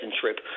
trip